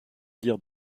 dire